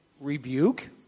rebuke